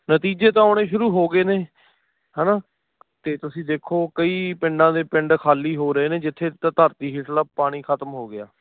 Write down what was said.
ਨਤੀਜੇ ਤਾਂ ਆਉਣੇ ਸ਼ੁਰੂ ਹੋ ਗਏ ਨੇ ਹੈ ਨਾ ਅਤੇ ਤੁਸੀਂ ਦੇਖੋ ਕਈ ਪਿੰਡਾਂ ਦੇ ਪਿੰਡ ਖਾਲੀ ਹੋ ਰਹੇ ਨੇ ਜਿੱਥੇ ਧਰਤੀ ਹੇਠਲਾ ਪਾਣੀ ਖਤਮ ਹੋ ਗਿਆ